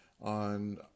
on